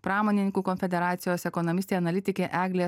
pramonininkų konfederacijos ekonomistė analitikė eglė